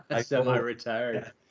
Semi-retired